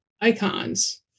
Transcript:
icons